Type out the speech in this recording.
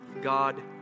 God